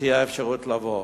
שתהיה אפשרות לבוא?